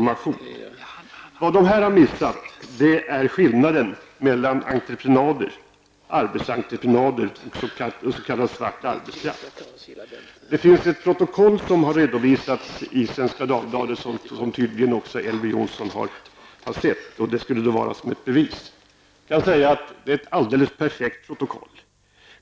Vad journalisterna har missat är skillnaden mellan arbetsentreprenad och s.k. svart arbetskraft. Det finns ett protokoll som har redovisats i Svenska Dagbladet -- som tydligen också Elver Jonsson har sett och som anförs som ett bevis. Det är ett alldeles perfekt protokoll,